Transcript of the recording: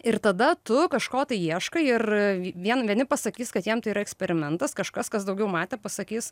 ir tada tu kažko tai ieškai ir vien vieni pasakys kad jam tai yra eksperimentas kažkas kas daugiau matę pasakys